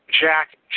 Jack